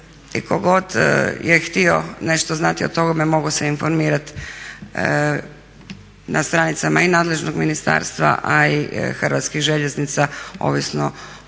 I tko god je htio nešto znati o tome mogao se informirati na stranicama i nadležnog ministarstva, a i Hrvatskih željeznica ovisno o onom